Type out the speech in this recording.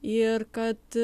ir kad